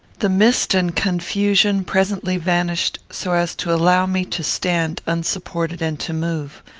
the mist and confusion presently vanished, so as to allow me to stand unsupported and to move.